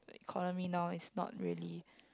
economy now is not really